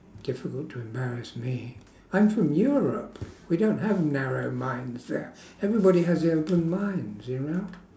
difficult to embarrass me I'm from europe we don't have narrow mindsets everybody has their open minds you know